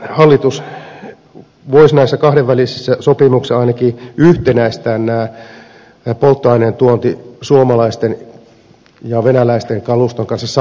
hallitus voisi näissä kahdenvälisissä sopimuksissa ainakin yhtenäistää tämän polttoaineen tuonnin suomalaisten ja venäläisten kaluston kanssa samalle tasolle